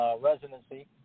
residency